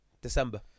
December